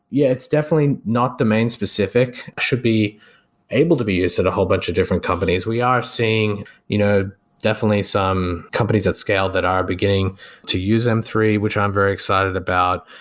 yeah it's definitely not the main specific. it should be able to be used at a whole bunch of different companies. we are seeing you know definitely some companies at scale that are beginning to use m three, which i'm very excited about.